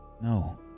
No